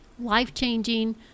Life-changing